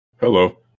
Hello